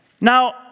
Now